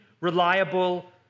reliable